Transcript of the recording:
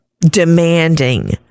demanding